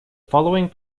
following